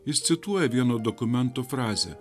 jis cituoja vieno dokumento frazę